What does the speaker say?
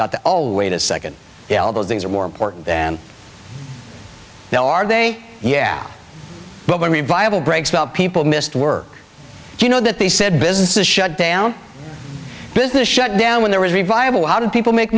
got the oh wait a second yeah all those things are more important than they are they yeah but when revival breaks tell people missed work you know that they said business is shut down business shut down when there was revival how did people make